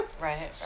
right